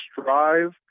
strive